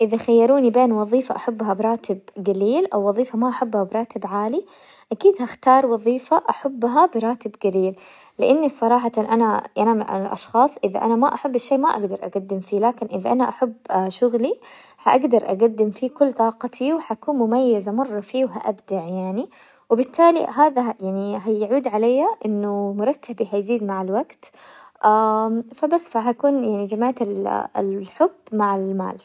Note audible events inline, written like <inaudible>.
اذا خيروني بين وظيفة احبها براتب قليل او وظيفة ما احبها براتب عالي، اكيد هختار وظيفة احبها براتب قليل، لاني صراحة انا من الاشخاص اذا انا ما احب الشي ما اقدر اقدم فيه، لكن اذا انا احب شغلي حاقدر اقدم فيه كل طاقة وحكون مميزة مرة فيه، وهأبدع يعني، وبالتالي هذا يعني هيعود علي انه مرتبي حيزيد مع الوقت، <hesitation> فبس فهكون يعني جمعت الحب مع المال.